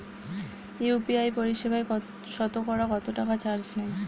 UPI পরিসেবায় সতকরা কতটাকা চার্জ নেয়?